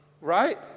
right